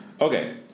Okay